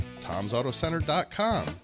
tomsautocenter.com